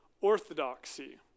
orthodoxy